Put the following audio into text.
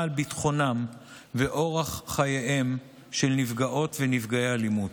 על ביטחונם ואורח חייהם של נפגעות ונפגעי אלימות.